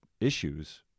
issues